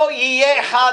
לא יהיה אחד,